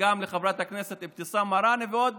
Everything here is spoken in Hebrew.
וגם לחברת הכנסת אבתיסאם מראענה ועוד